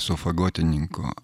su fagotininku